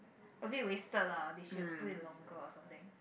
a bit wasted lah they should put it longer or something